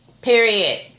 Period